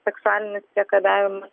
seksualinis priekabiavimas